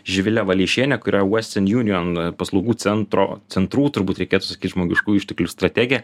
živile valeišiene kur yra vuostir junijon paslaugų centro centrų turbūt reikėtų sakyt žmogiškųjų išteklių strategė